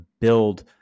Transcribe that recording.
build